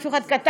אני אוסף חומר.